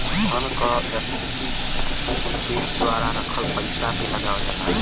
धन कर व्यक्ति विसेस द्वारा रखल पइसा पे लगावल जाला